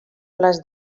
les